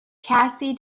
cassie